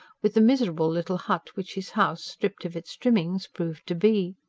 with the miserable little hut which his house, stripped of its trimmings, proved to be.